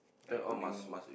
recording